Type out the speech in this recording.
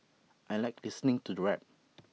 I Like listening to rap